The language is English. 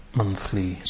monthly